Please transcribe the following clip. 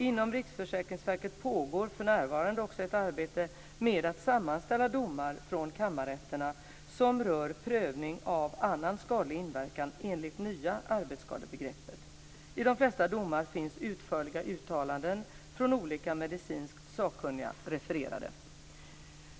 Inom Riksförsäkringsverket pågår för närvarande också ett arbete med att sammanställa domar från kammarrätterna som rör prövning av annan skadlig inverkan enligt nya arbetsskadebegreppet. I de flesta domar finns utförliga uttalanden från olika medicinskt sakkunniga refererade.